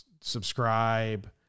subscribe